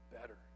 better